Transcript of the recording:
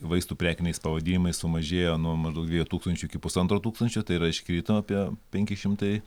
vaistų prekiniais pavadinimais sumažėjo nuo maždaug dviejų tūkstančių iki pusantro tūkstančio tai yra iškrito apie penki šimtai